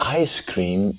ice-cream